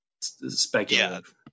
speculative